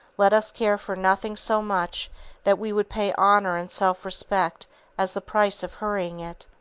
let us care for nothing so much that we would pay honor and self-respect as the price of hurrying it.